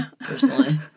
personally